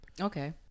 Okay